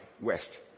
west